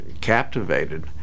captivated